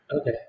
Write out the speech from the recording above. Okay